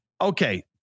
Okay